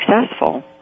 successful